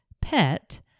pet